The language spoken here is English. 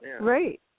Right